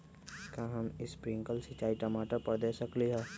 का हम स्प्रिंकल सिंचाई टमाटर पर दे सकली ह?